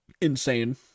insane